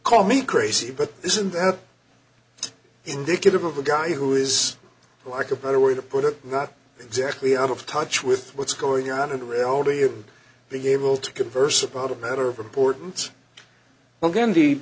call me crazy but isn't that indicative of a guy who is like a better way to put it not exactly out of touch with what's going on in the reality of the able to converse about a matter of importance